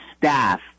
staff